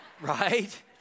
Right